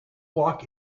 walk